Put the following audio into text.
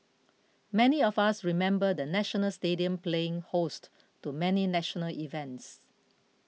many of us remember the National Stadium playing host to many national events